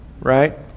right